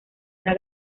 una